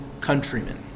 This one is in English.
countrymen